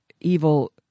evil